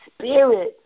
Spirit